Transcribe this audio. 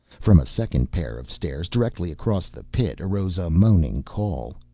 from a second pair of stairs directly across the pit arose a moaning call.